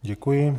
Děkuji.